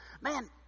man